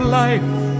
life